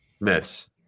miss